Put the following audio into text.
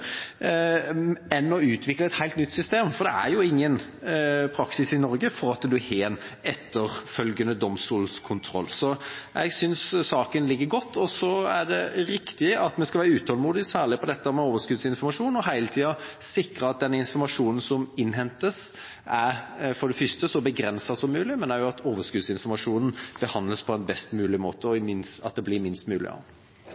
enn å utvikle et helt nytt system, for det er ingen praksis i Norge for at en har en etterfølgende domstolskontroll. Jeg synes saken ligger godt. Det er riktig at en skal være utålmodig, særlig når det gjelder overskuddsinformasjon, og hele tiden sikre at den informasjonen som innhentes, for det første er så begrenset som mulig, at overskuddsinformasjonen behandles på en best mulig måte, og